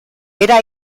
era